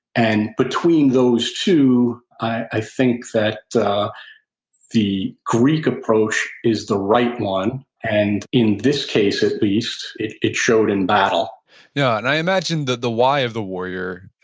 and between those two, i think that the the greek approach is the right one, and in this case at least, it it showed in battle yeah. and i imagine the the why of the warrior,